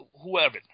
whoever